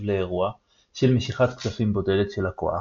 לאירוע של משיכת כספים בודדת של לקוח,